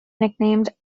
nicknamed